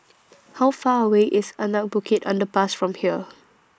How Far away IS Anak Bukit Underpass from here